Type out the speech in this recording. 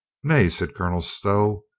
nay, said colonel stow,